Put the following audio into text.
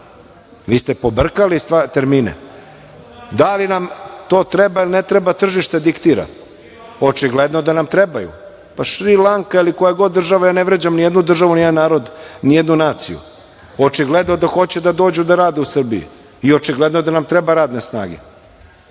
ste pobrkali termine. Da li nam to treba ili ne treba, tržište diktira. Očigledno da nam treba. Šrilanka ili koja god država, ja ne vređam nijednu državu, nijedan narod, nijednu naciju, očigledno da hoće da dođu da rade u Srbiji i očigledno je da nam treba radne snage.